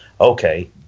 okay